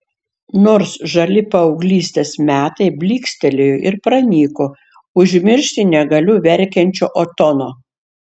nors žali paauglystės metai blykstelėjo ir pranyko užmiršti negaliu verkiančio otono